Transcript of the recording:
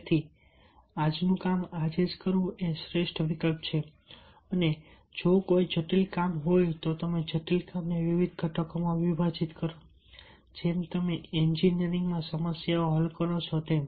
તેથીઆજનું કામ આજે કરવું એ શ્રેષ્ઠ વિકલ્પ છે અને જો કોઈ જટિલ કામ હોય તો તમે જટિલ કામને વિવિધ ઘટકોમાં વિભાજીત કરો જેમ તમે એન્જિનિયરિંગમાં સમસ્યા હલ કરો છો તેમ